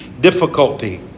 difficulty